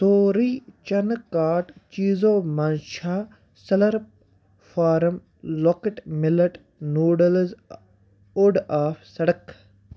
سورُے چَنہٕ کاٹ چیٖزو منٛز چھا سٕلَرٕپ فارَم لۄکٕٹۍ مِلَٹ نوٗڈَلٕز اوٚڑ آف سڑک